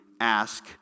ask